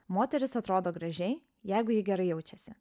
moteris atrodo gražiai jeigu ji gerai jaučiasi